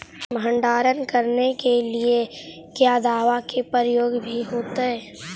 भंडारन करने के लिय क्या दाबा के प्रयोग भी होयतय?